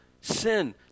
sin